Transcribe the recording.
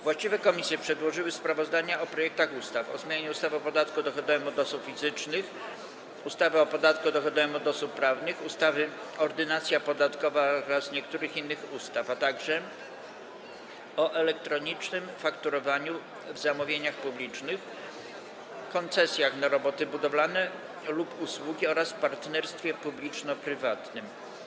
Właściwe komisje przedłożyły sprawozdania o projektach ustaw: - o zmianie ustawy o podatku dochodowym od osób fizycznych, ustawy o podatku dochodowym od osób prawnych, ustawy Ordynacja podatkowa oraz niektórych innych ustaw, - o elektronicznym fakturowaniu w zamówieniach publicznych, koncesjach na roboty budowlane lub usługi oraz partnerstwie publiczno-prywatnym.